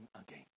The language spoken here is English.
again